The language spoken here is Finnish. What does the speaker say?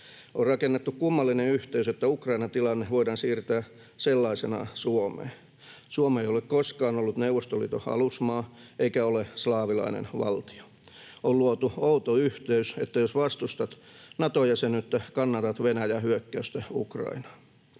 On rakennettu kummallinen yhteys, että Ukrainan tilanne voidaan siirtää sellaisenaan Suomeen. Suomi ei ole koskaan ollut Neuvostoliiton alusmaa eikä ole slaavilainen valtio. On luotu outo yhteys, että jos vastustat Nato-jäsenyyttä, kannatat Venäjän hyökkäystä Ukrainaan.